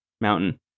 mountain